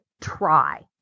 try